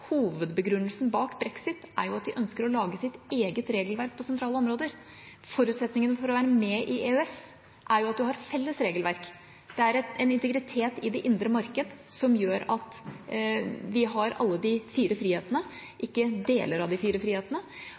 hovedbegrunnelsen bak brexit er at de ønsker å lage sitt eget regelverk på sentrale områder. Forutsetningene for å være med i EØS, er at en har felles regelverk. Det er en integritet i det indre marked som gjør at vi har alle de fire frihetene, ikke deler av de fire frihetene.